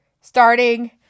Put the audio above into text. starting